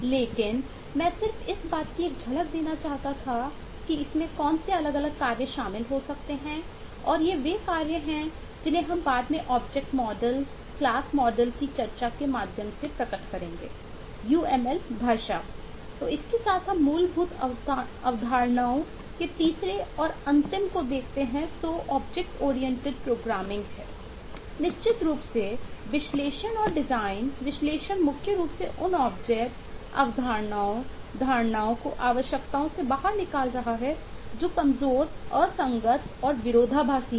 लेकिन मैं सिर्फ इस बात की एक झलक देना चाहता था कि इसमें कौन से अलग अलग कार्य शामिल हो सकते हैं और ये वे कार्य हैं जिन्हें हम बाद में ऑब्जेक्ट मॉडल अवधारणाओं धारणाओं को आवश्यकताओं से बाहर निकाल रहा है जो कमजोर असंगत और विरोधाभासी हैं